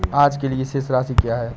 आज के लिए शेष राशि क्या है?